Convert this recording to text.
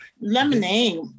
lemonade